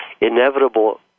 inevitable